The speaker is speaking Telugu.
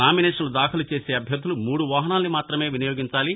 నామినేషన్లు దాఖలు చేసే అభ్యర్థులు మూడు వాహనాలను మాత్రమే వినియోగించాలి